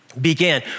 began